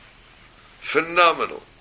phenomenal